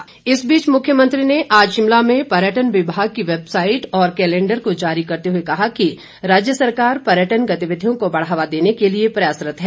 मुख्यमंत्री इस बीच मुख्यमंत्री ने आज शिमला में पर्यटन विभाग की वैबसाईट और कैलेंडर को जारी करते हुए कहा कि राज्य सरकार पर्यटन गतिविधियों को बढ़ावा देने के लिए प्रयासरत है